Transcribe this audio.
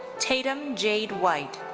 tatum jade white.